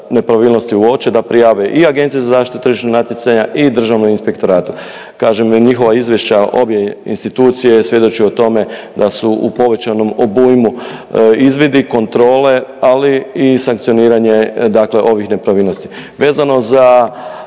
nepravilnosti uoče da prijave i Agenciji za zaštitu tržišnog natjecanja i Državnom inspektoratu. Kažem, na njihova izvješća obje institucije svjedoče o tome da su u povećanom obujmu izvidi, kontrole, ali i sankcioniranje dakle ovih nepravilnosti.